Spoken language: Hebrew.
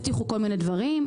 הבטיחו כל מיני דברים,